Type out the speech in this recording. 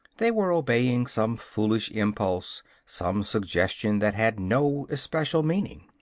they were obeying some foolish impulse, some suggestion that had no especial meaning.